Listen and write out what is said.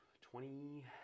Twenty